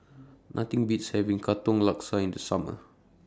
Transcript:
Nothing Beats having Katong Laksa in The Summer